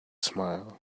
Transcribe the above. smile